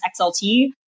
XLT